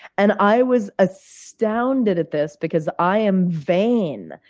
and i was astounded at this because i am vain,